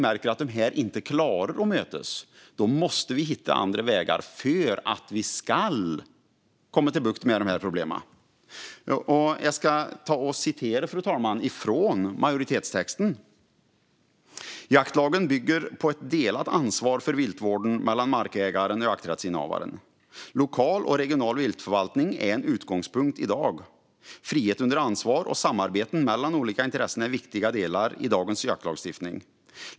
När dessa inte klarar att mötas måste vi hitta andra vägar för att få bukt med dessa problem. Fru talman! Jag ska citera majoritetstexten: "Jaktlagen bygger på ett delat ansvar för viltvården mellan markägaren och jakträttsinnehavaren. Lokal och regional viltförvaltning är en utgångspunkt i dag. Frihet under ansvar och samarbeten mellan olika intressen är viktiga delar i dagens jaktlagstiftning.